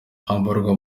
yambarwa